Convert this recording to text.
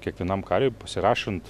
kiekvienam kariui pasirašant